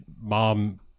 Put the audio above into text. mom